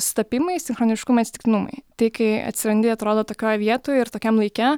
sutapimai sinchroniškumai atsitiktinumai tai kai atsirandi atrodo tokioj vietoj ir tokiam laike